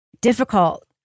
difficult